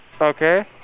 okay